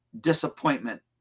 disappointment